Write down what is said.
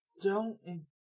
don't-